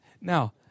Now